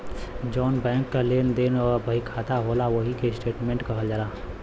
जौन बैंक क लेन देन क बहिखाता होला ओही के स्टेट्मेंट कहल जाला